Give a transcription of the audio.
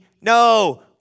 No